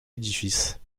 édifice